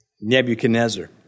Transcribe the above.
Nebuchadnezzar